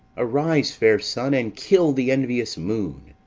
arise, fair sun, and kill the envious moon,